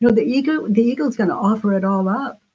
the ego the ego is going to offer it all up